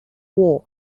war